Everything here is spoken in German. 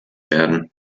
werden